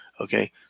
Okay